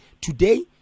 today